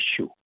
issue